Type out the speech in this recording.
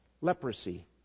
leprosy